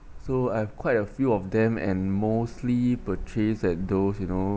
so I've quite a few of them and mostly purchase at those you know